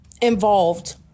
involved